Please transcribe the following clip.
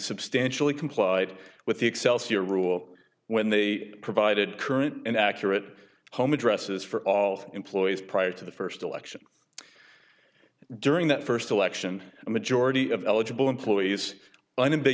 substantially complied with the excelsior rule when they provided current and accurate home addresses for all employees prior to the first election during that first election a majority of eligible employees